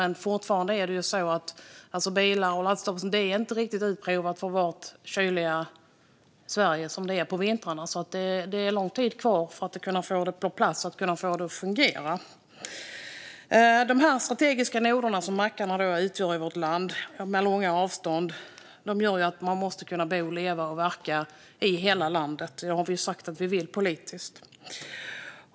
Men det är fortfarande så att bilar och laddstolpar inte är riktigt utprovade för den kyla vi har i Sverige under vintern. Det är lång tid kvar innan vi kan få dem på plats och fungera. Mackarna utgör strategiska noder i vårt land, som har långa avstånd. Man måste kunna bo, leva och verka i hela landet. Detta har vi sagt att vi vill politiskt.